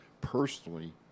personally